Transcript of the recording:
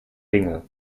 dinge